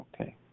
Okay